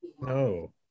no